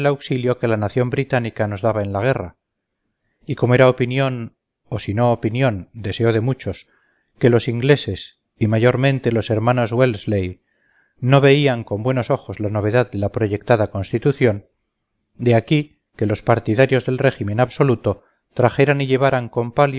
auxilio que la nación británica nos daba en la guerra y como era opinión o si no opinión deseo de muchos que los ingleses y mayormente los hermanos wellesley no veían con buenos ojos la novedad de la proyectada constitución de aquí que los partidarios del régimen absoluto trajeran y llevaran con